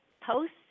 posts